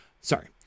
Sorry